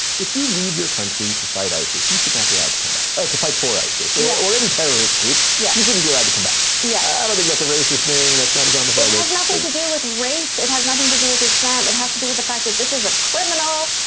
if you leave your country to fight isis, you should not be allowed to come back, or to fight for isis or yeah or any terrorist group. yeah you shouldn't be allowed to come back. yeah i don't think that's a racist thing. that's not islamophobic. um it um has nothing to do with race. it has nothing to do with islam. it has to do with the fact that this is a criminal.